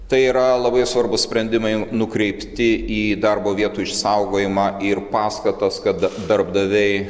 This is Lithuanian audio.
tai yra labai svarbūs sprendimai nukreipti į darbo vietų išsaugojimą ir paskatas kad darbdaviai